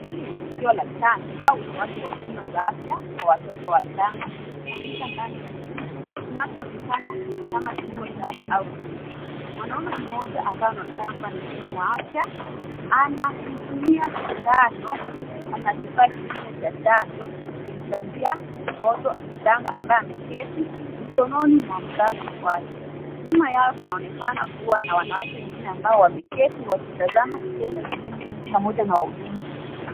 Hili ni tukio la chanjo au utoaji wa huduma za afya kwa watoto wachanga ikifanyika ndani ya chumba kinachoonekana kama kituo cha afya au kliniki. Mwanaume mmoja ambaye anaonekana kuwa ni mhudumu wa afya anamtumia sindano. Ana kifaa kingine cha chanjo kumchanjia mtoto mchanga ambaye ameketi mikononi mwa mzazi wake. Nyuma yao kunaonekana kuwa na wanawake wengine ambao wameketi wakitazama tendo hilo pamoja na wahudumu wengine.